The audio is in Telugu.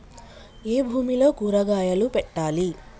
ఏ భూమిలో కూరగాయలు పెట్టాలి?